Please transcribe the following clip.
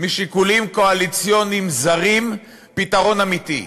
משיקולים קואליציוניים זרים, פתרון אמיתי.